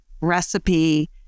recipe